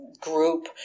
group